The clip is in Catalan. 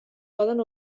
poden